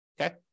okay